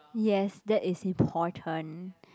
yes that is important